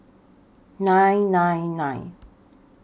nine nine nine